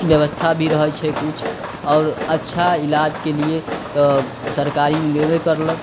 ब्यबस्था भी रहै छै किछु आओर अच्छा इलाजके लिए तऽ सरकारी मे गेबे करलक